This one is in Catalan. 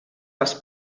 les